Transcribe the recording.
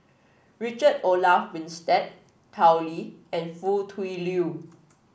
Richard Olaf Winstedt Tao Li and Foo Tui Liew